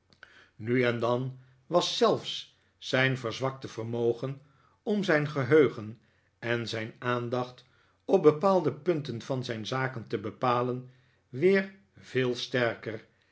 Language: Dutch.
nu en dan was zelfs zijn verzwakte vermogen om zijn geheugen en zijn aandacht op bepaalde punten van zijn zaken te bepalen weer veel sterker